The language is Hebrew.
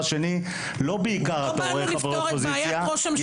לא בעיקר אתה רואה חברי אופוזיציה,